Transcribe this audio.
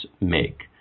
make